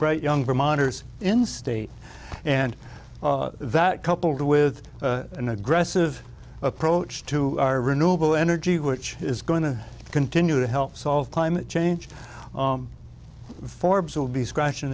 bright young vermonters in state and that coupled with an aggressive approach to our renewable energy which is going to continue to help solve climate change forbes will be scratching